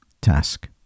task